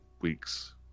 weeks